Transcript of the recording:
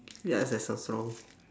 ya that sounds wrong